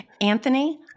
Anthony